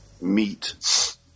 meet